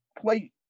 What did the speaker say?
play